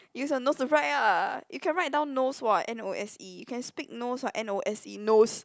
use your nose to write lah you can write down nose what N O S E you can speak nose what N O S E nose